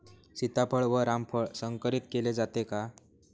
सीताफळ व रामफळ संकरित केले जाते का?